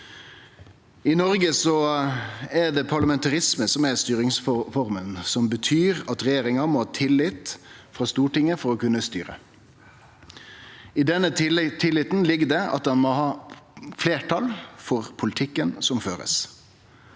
I Noreg er det parlamentarisme som er styringsforma, som betyr at regjeringa må ha tillit frå Stortinget for å kunne styre. I denne tilliten ligg det at ein må ha fleirtal for politikken som blir